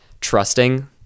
trusting